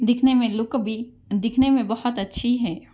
دکھنے میں لک بھی دکھنے میں بہت اچھی ہے